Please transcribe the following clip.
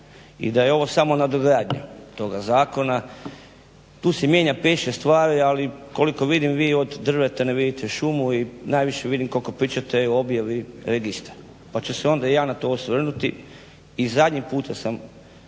i da je ovo samo nadogradnja ovog zakona. Tu se mijenja pet, šest stvari, ali koliko vidim vi od drveta ne vidite šumu i najviše vidim koliko pričate u objavi registar. Pa ću se onda i ja na to osvrnuti i zadnji puta sam